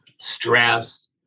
stress